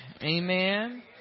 Amen